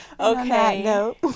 Okay